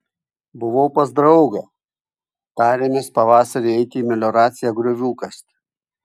buvau pas draugą tarėmės pavasarį eiti į melioraciją griovių kasti